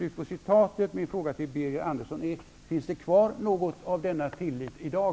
Min fråga till Birger Andersson är: Finns det kvar något av denna tillit i dag?